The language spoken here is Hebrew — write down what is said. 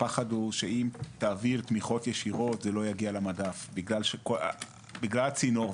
שאם תעביר תמיכות ישירות זה לא יגיע למדף בגלל הצינור,